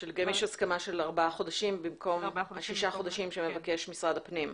שלגביהם יש הסכמה של ארבעה חודשים במקום שישה חודשים שמבקש משרד הפנים.